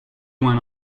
went